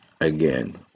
again